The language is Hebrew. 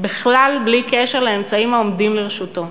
בכלל בלי קשר לאמצעים העומדים לרשותו,